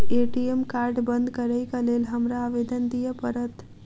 ATM card बंद करैक लेल हमरा आवेदन दिय पड़त?